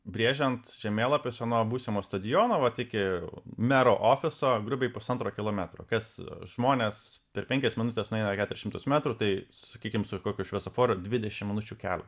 brėžiant žemėlapiuose nuo būsimo stadiono vat iki mero ofiso grubiai pusantro kilometro kas žmonės per penkias minutes nueina keturis šimtus metrų tai sakykim su kokiu šviesoforu dvidešimt minučių kelio